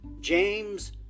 James